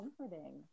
comforting